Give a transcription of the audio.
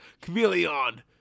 chameleon